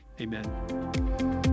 amen